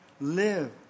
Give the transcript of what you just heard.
Live